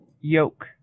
yoke